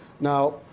Now